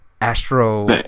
astro